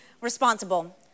responsible